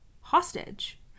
hostage